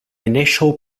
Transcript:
initial